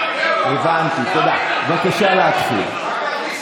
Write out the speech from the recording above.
בבקשה, להתחיל.